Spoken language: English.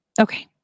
Okay